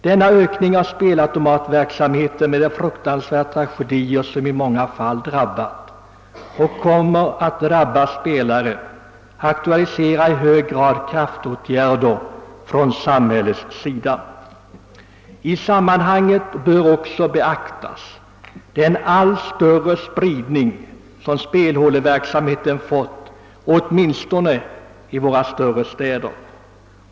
Denna ökning av spelautomatverksamheten med de tragedier som i många fall drabbat och kommer att drabba spelare aktualiserar i hög grad kraftåtgärder från samhällets sida. I sammanhanget bör också beaktas den allt större spridning som spelhåleverksamheten fått åtminstone i våra större städer.